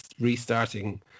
restarting